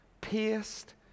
pierced